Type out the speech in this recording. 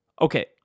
Okay